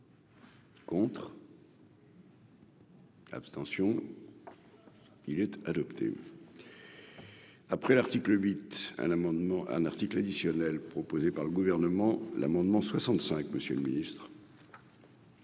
Contre. L'abstention, il était adopté. Après l'article 8 un amendement un article additionnel proposée par le gouvernement, l'amendement 65, monsieur le ministre.